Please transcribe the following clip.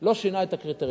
לא שינה את הקריטריונים,